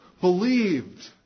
believed